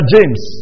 James